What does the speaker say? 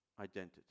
identity